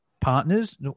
partners